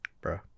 Bro